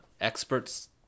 experts